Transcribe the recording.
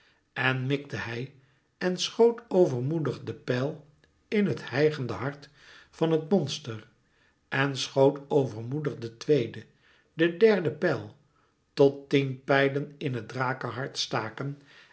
en mikte hij en schoot overmoedig de pijl in het hijgende hart van het monster en schoot overmoedig de tweede de derde pijl tot tien pijlen in het drakehart staken